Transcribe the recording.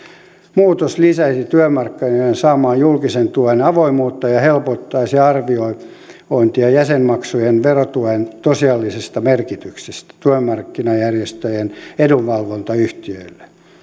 muutos lisäisi työmarkkinoiden saaman julkisen tuen avoimuutta ja helpottaisi arviointia jäsenmaksujen verotuen tosiasiallisesta merkityksestä työmarkkinajärjestöjen edunvalvontatyölle